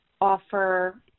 offer